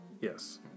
Yes